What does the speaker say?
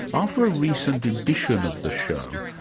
after a recent edition of the show,